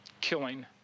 killing